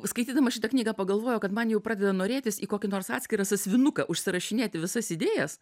skaitydama šitą knygą pagalvojau kad man jau pradeda norėtis į kokį nors atskirą sąsiuvinuką užsirašinėti visas idėjas